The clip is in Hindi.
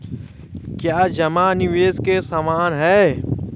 क्या जमा निवेश के समान है?